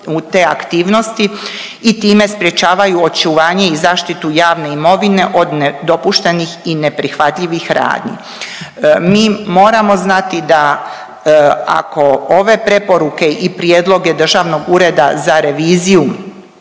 u te aktivnosti i time sprječavaju očuvanje i zaštitu javne imovine od nedopuštenih i neprihvatljivih radnji. Mi moramo znati da ako ove preporuke i prijedloge Državnog ureda za reviziju